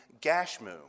Gashmu